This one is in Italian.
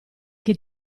che